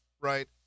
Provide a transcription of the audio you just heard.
right